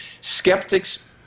Skeptics